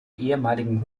ehemaligen